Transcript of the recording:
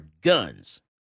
guns